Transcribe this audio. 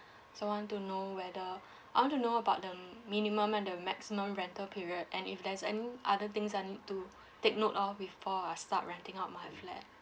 so want to know whether I want to know about the mm minimum and the maximum rental period and if there's any other things I need to take note of before I start renting out my flat